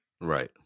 Right